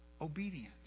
obedience